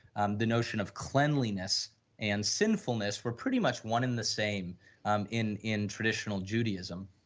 um the notion of cleanliness and sinfulness were pretty much one in the same um in in traditional judaism.